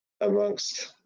amongst